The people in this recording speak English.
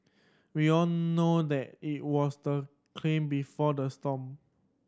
we all know that it was the claim before the storm